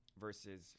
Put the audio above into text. versus